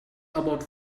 about